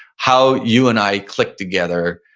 how you and i clicked together,